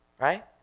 right